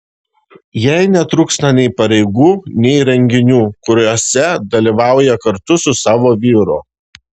jai netrūksta nei pareigų nei renginių kuriuose dalyvauja kartu su savo vyru